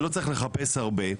ולא צריך לחפש הרבה,